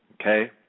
Okay